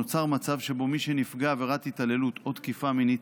נוצר מצב שבו מי שנפגע מעבירת התעללות או תקיפה מינית